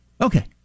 Okay